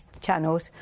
channels